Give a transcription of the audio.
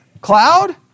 Cloud